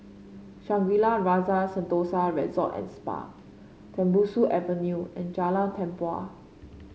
Shangri La Rasa Sentosa Resort And Spa Tembusu Avenue and Jalan Tempua